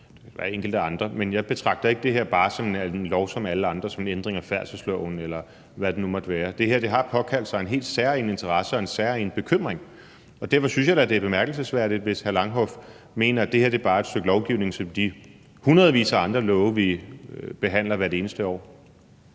der er enkelte andre. Men jeg betragter ikke det her bare som en lov som alle andre, f.eks. som en ændring af færdselsloven, eller hvad det nu måtte være. Det her har påkaldt sig en hel særegen interesse og særegen bekymring, og derfor synes jeg da, at det er bemærkelsesværdigt, hvis hr. Rasmus Horn Langhoff mener, at det her bare er et stykke lovgivning som de hundredvis af andre love, vi behandler hvert eneste år.